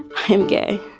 i'm gay